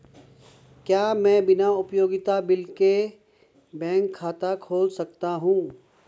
क्या मैं बिना उपयोगिता बिल के बैंक खाता खोल सकता हूँ?